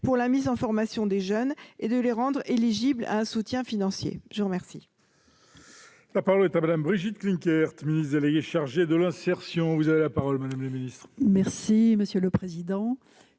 pour la mise en formation des jeunes et de les rendre éligibles à un soutien financier ? La parole